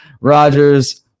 Rogers